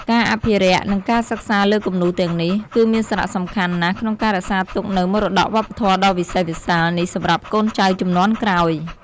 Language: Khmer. ការអភិរក្ស និងការសិក្សាលើគំនូរទាំងនេះ គឺមានសារៈសំខាន់ណាស់ក្នុងការរក្សាទុកនូវមរតកវប្បធម៌ដ៏វិសេសវិសាលនេះសម្រាប់កូនចៅជំនាន់ក្រោយ។